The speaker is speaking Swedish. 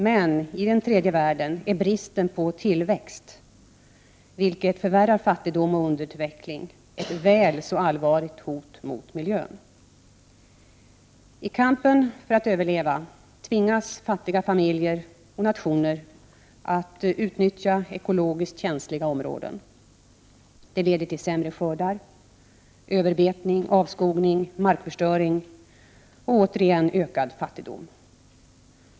Men i tredje världen är bristen på tillväxt — vilket förvärrar fattigdom och underutveckling-— ett väl så allvarligt hot mot miljön. I kampen för att överleva tvingas fattiga familjer, och nationer, att utnyttja ekologiskt känsliga områden. Det leder till sämre skördar, överbetning, avskogning, markförstöring — och återigen ökad fattigdom.